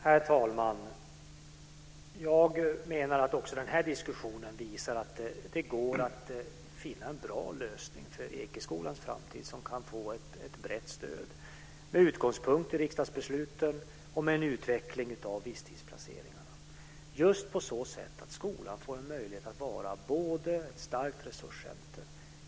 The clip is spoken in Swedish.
Herr talman! Jag menar att också den här diskussionen visar att det går att finna en bra lösning för Ekeskolans framtid som kan få ett brett stöd med utgångspunkt i riksdagsbesluten och med en utveckling av visstidsplaceringarna, just på så sätt att skolan får en möjlighet att vara ett starkt resurscenter.